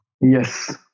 Yes